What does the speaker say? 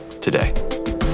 today